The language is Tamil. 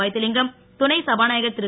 வைத்திவிங்கம் துணைசபாநாயகர் திரு